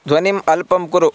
ध्वनिम् अल्पं कुरु